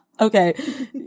Okay